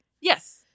Yes